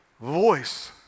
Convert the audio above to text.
voice